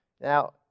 Now